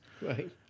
Right